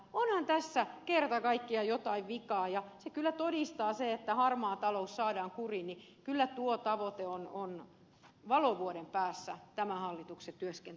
onhan tässä kerta kaikkiaan jotain vikaa ja se kyllä todistaa sen että tuo tavoite että harmaa talous saadaan kuriin on valovuoden päässä tämän hallituksen työskentelyssä